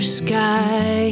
sky